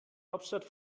hauptstadt